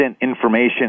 information